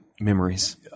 memories